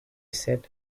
said